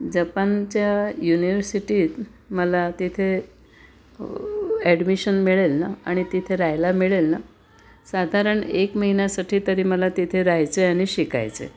जपानच्या युनिवर्सिटीत मला तिथे ॲडमिशन मिळेल ना आणि तिथे राहायला मिळेल ना साधारण एक महिन्यासाठी तरी मला तिथे राहायचं आहे आणि शिकायचं आहे